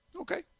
Okay